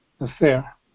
affair